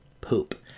poop